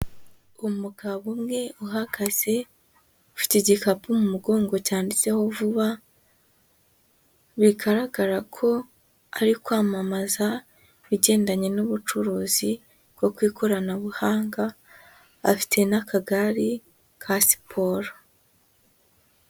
Umugabo umwe uhagaze, ufite igikapu mu mugongo cyanditseho vuba, bigaragara ko ari kwamamaza ibigendanye n'ubucuruzi, bwo ku ikoranabuhanga, afite n'akagare ka siporo.